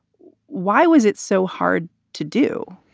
why was it so hard to do?